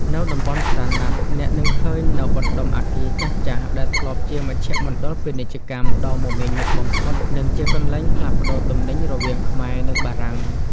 នៅតំបន់ផ្សារណាត់ អ្នកនឹងឃើញនូវបណ្តុំអគារចាស់ៗដែលធ្លាប់ជាមជ្ឈមណ្ឌលពាណិជ្ជកម្មដ៏មមាញឹកបំផុត និងជាកន្លែងផ្លាស់ប្តូរទំនិញរវាងខ្មែរ និងបារាំង។